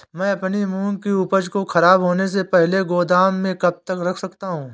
मैं अपनी मूंग की उपज को ख़राब होने से पहले गोदाम में कब तक रख सकता हूँ?